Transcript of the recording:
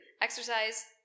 Exercise